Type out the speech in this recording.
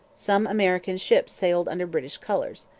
some american ships sailed under british colours.